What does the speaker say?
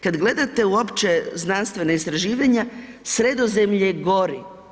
Kad gledate uopće znanstvena istraživanja, Sredozemlje gori.